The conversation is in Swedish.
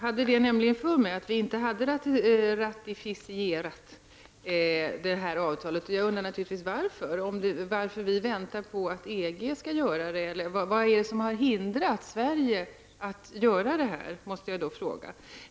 Fru talman! Också jag vill minnas att vi inte har ratificerat detta avtal, och jag undrar naturligtvis vad som är anledning till att så inte skett. Väntar vi på att EG skall göra det, eller vad är det annars som har hindrat Sverige från detta?